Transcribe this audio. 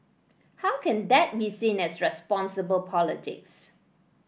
how can that be seen as responsible politics